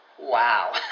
Wow